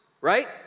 right